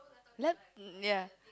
lap~ ya